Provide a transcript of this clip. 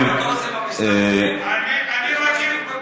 אני מבקש, אדוני היושב-ראש.